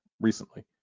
recently